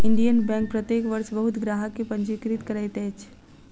Indian Bank प्रत्येक वर्ष बहुत ग्राहक के पंजीकृत करैत अछि